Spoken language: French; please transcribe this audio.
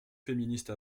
féministe